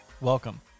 Welcome